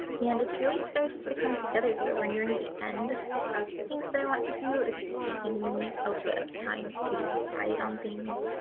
and it's really starting to come together here we're nearing the end of things that i want to do it's just taking me a bit of time to decide on things.